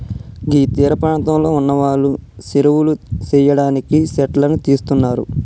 గీ తీరపాంతంలో ఉన్నవాళ్లు సెరువులు సెయ్యడానికి సెట్లను తీస్తున్నరు